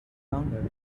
longer